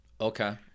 Okay